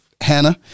Hannah